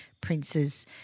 Prince's